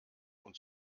und